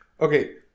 Okay